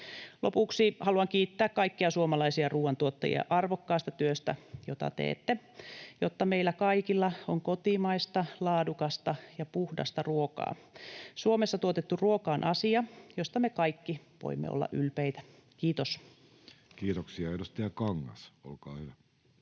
Lopuksi haluan kiittää kaikkia suomalaisia ruoantuottajia arvokkaasta työstä, jota teette, jotta meillä kaikilla on kotimaista, laadukasta ja puhdasta ruokaa. Suomessa tuotettu ruoka on asia, josta me kaikki voimme olla ylpeitä. — Kiitos. Kiitoksia. — Edustaja Kangas, olkaa hyvä.